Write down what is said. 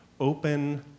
open